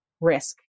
risk